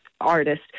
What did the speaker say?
artist